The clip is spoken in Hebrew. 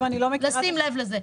לשים לב לזה.